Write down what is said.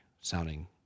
sounding